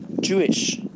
Jewish